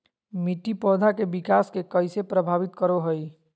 मिट्टी पौधा के विकास के कइसे प्रभावित करो हइ?